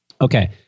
Okay